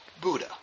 Buddha